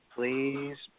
Please